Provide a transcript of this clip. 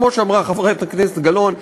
כמו שאמרה חברת הכנסת גלאון,